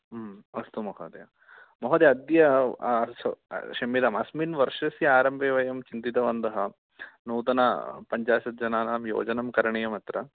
अस्तु महोदय महोदय अद्य आल्सो क्षम्यताम् अस्मिन् वर्षस्य आरम्भे वयं चिन्तितवन्तः नूतनपञ्चाशत् जनानां योजनं करणीयम् अत्र